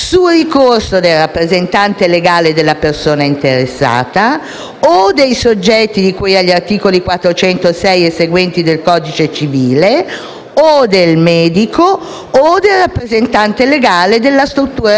o dei soggetti di cui agli articoli 406 e seguenti del codice civile o del medico o del rappresentante legale della struttura sanitaria». Quindi, c'è una pluralità di soggetti che può